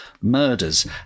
Murders